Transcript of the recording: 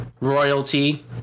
royalty